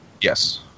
Yes